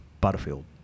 Butterfield